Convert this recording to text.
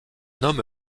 homme